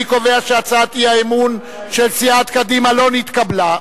אני קובע שהצעת האי-אמון של סיעת קדימה לא נתקבלה.